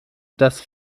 das